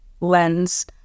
lens